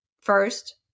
first